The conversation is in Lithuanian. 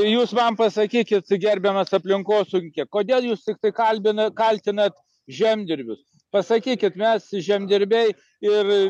jūs man pasakykit gerbiamas aplinkosaugininke kodėl jūs tiktai kalbinat kaltinat žemdirbius pasakykit mes žemdirbiai ir